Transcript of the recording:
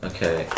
Okay